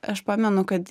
aš pamenu kad